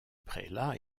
prélat